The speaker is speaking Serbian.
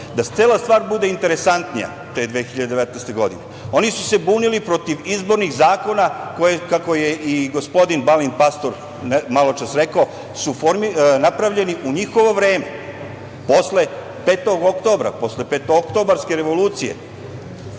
cela stvar bude interesantnija te 2019. godine, oni su se bunili protiv izbornih zakona, kako je i gospodin Balint Pastor maločas rekao, koji su napravljeni u njihovo vreme, posle 5. oktobra, posle petookobarske revolucije,